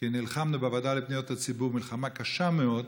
כי נלחמו בוועדה לפניות הציבור מלחמה קשה מאוד,